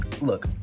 look